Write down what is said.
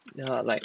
ya like